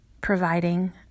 providing